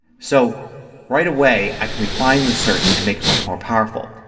so right away i can refine the search and make it much more powerful.